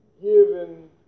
given